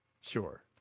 Sure